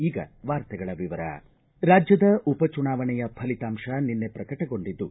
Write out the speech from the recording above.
ಈಗ ವಾರ್ತೆಗಳ ವಿವರ ರಾಜ್ಯದ ಉಪ ಚುನಾವಣೆಯ ಫಲಿತಾಂಶ ನಿನ್ನೆ ಪ್ರಕಟಗೊಂಡಿದ್ದು